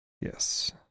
Yes